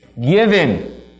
Given